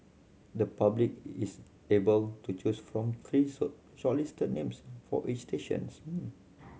the public is able to choose from three shortlisted names for each stations